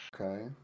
okay